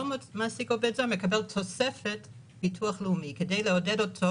מעסיק עובד זר מקבל תוספת ביטוח לאומי כדי לעודד אותו,